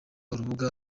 urubuga